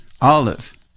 Olive